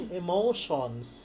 emotions